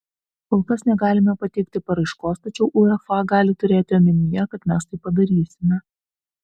kol kas negalime pateikti paraiškos tačiau uefa gali turėti omenyje kad mes tai padarysime